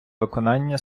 виконання